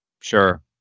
Sure